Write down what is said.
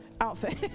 outfit